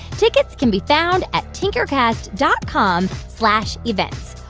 tickets can be found at tinkercast dot com slash events.